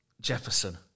Jefferson